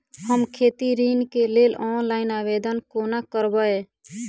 हम खेती ऋण केँ लेल ऑनलाइन आवेदन कोना करबै?